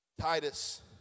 Titus